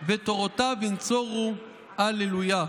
ותורֹתיו ינצֹרו הללו יה."